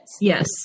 Yes